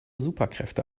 superkräfte